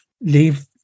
leave